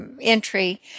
entry